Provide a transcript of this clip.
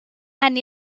and